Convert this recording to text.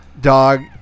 dog